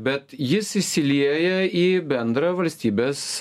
bet jis įsilieja į bendrą valstybės